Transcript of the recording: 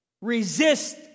Resist